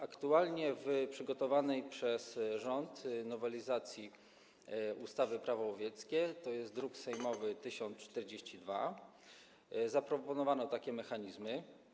Aktualnie w przygotowanej przez rząd nowelizacji ustawy Prawo łowieckie - to jest druk sejmowy nr 1042 - zaproponowano pewne mechanizmy.